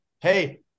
Hey